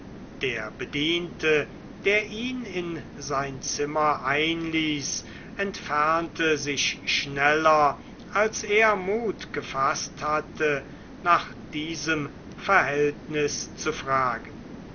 der bediente der ihn in sein zimmer einließ entfernte sich schneller als er mut gefaßt hatte nach diesem verhältnis zu fragen